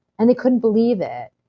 and they couldn't believe it.